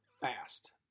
fast